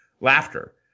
Laughter